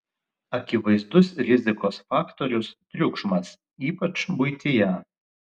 akivaizdus rizikos faktorius triukšmas ypač buityje